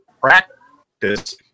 practice